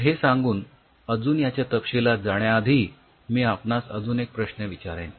तर हे सांगून अजून याच्या तपशिलात जाण्याआधी मी आपणास अजून एक प्रश्न विचारेन